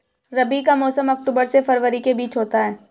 रबी का मौसम अक्टूबर से फरवरी के बीच होता है